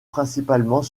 principalement